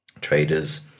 traders